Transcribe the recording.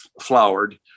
flowered